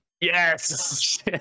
Yes